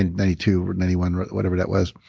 and ninety two or ninety one, whatever that was.